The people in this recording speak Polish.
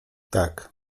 tak